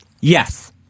Yes